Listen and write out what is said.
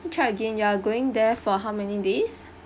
to check again you are going there for how many days